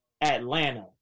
Atlanta